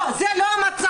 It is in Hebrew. לא, זה לא המצב.